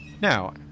Now